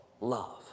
love